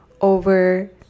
over